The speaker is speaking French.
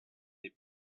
les